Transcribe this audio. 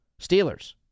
Steelers